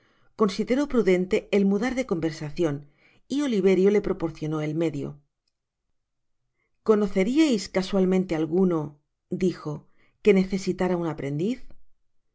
consideró prudente el mudar de conversacion y oliverio le proporcionó el medio conoceriais casualmente alguno dijo que necesitara un aprendiz hay